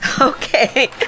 Okay